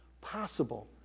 possible